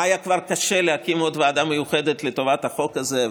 מה כבר היה קשה להקים עוד ועדה מיוחדת לטובת החוק הזה,